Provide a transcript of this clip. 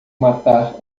matar